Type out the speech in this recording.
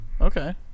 Okay